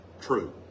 true